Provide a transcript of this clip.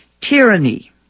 tyranny